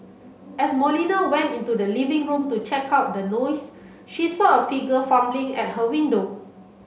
as Molina went into the living room to check out the noise she saw a figure fumbling at her window